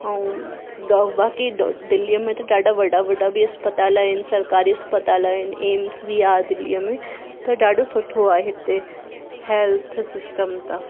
ऐं डो वा कि दिल्लीअ में त ॾाढा वॾा वॾा बि अस्पताल आहिनि सरकारी अस्पताल आहिनि एम्स बि आहे दिल्लीअ में त ॾाढो सुठो आहे हिते हैल्थ सिस्टम त